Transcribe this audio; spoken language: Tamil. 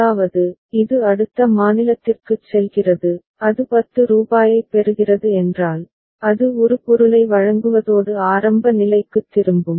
அதாவது இது அடுத்த மாநிலத்திற்குச் செல்கிறது அது 10 ரூபாயைப் பெறுகிறது என்றால் அது ஒரு பொருளை வழங்குவதோடு ஆரம்ப நிலைக்குத் திரும்பும்